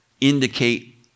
indicate